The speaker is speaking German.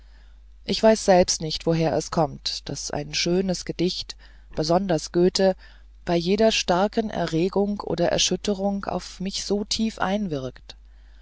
ich weiß selbst nicht woher es kommt daß ein schönes gedicht besonders goethe bei jeder starken erregung oder erschütterung auf mich so tief einwirkt